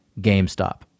GameStop